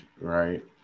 right